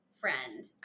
friend